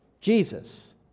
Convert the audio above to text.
Jesus